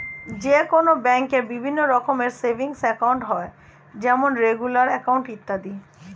যে কোনো ব্যাঙ্কে বিভিন্ন রকমের সেভিংস একাউন্ট হয় যেমন রেগুলার অ্যাকাউন্ট, ইত্যাদি